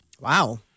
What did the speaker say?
Wow